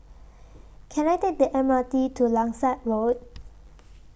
Can I Take The M R T to Langsat Road